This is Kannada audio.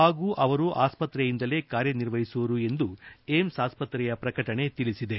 ಹಾಗೂ ಅವರು ಆಸ್ಪತ್ರೆಯಿಂದಲೇ ಕಾರ್ಯನಿರ್ವಹಿಸುವರು ಎಂದು ಏಮ್ಸ್ ಆಸ್ವತ್ರೆಯ ಪ್ರಕಟಣೆ ತಿಳಿಸಿದೆ